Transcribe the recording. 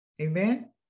amen